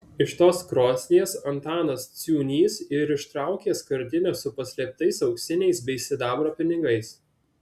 iš tos krosnies antanas ciūnys ir ištraukė skardinę su paslėptais auksiniais bei sidabro pinigais